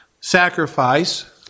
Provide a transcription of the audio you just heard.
sacrifice